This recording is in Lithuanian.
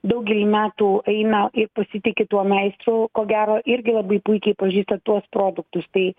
daugelį metų eina ir pasitiki tuo meistru ko gero irgi labai puikiai pažįsta tuos produktus tai